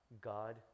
God